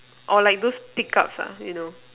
or like those pick ups lah you know